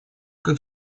как